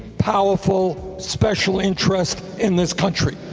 powerful special interest in this country.